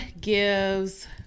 gives